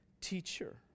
Teacher